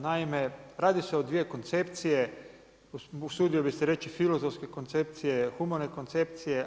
Naime, radi se o dvije koncepcije usudio bih se reći filozofske koncepcije, humane koncepcije.